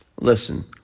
listen